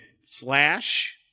Flash